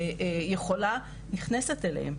שרוצה ויכולה נכנסת אליהם,